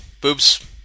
Boobs